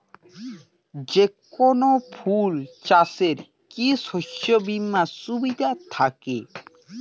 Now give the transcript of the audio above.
যেকোন ফুল চাষে কি শস্য বিমার সুবিধা থাকে?